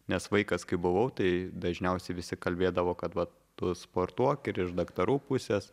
nes vaikas kai buvau tai dažniausiai visi kalbėdavo kad vat tu sportuok ir iš daktarų pusės